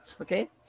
okay